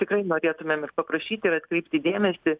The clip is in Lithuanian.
tikrai norėtumėm ir paprašyti ir atkreipti dėmesį